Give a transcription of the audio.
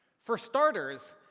for starters,